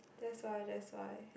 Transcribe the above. that's why that's why